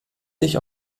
sich